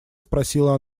спросила